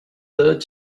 third